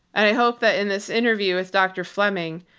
and i hope that in this interview with dr. fleming,